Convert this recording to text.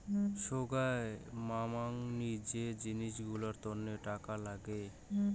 সোগায় মামাংনী যে জিনিস গুলার তন্ন টাকা লাগে